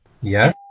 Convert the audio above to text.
Yes